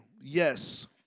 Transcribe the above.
yes